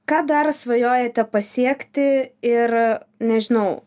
ką dar svajojate pasiekti ir nežinau